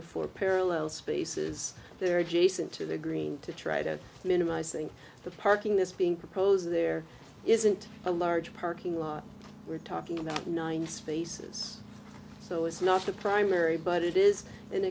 the four parallel spaces there adjacent to the green to try to minimizing the parking this being proposed there isn't a large parking lot we're talking about nine spaces so it's not the primary but it is an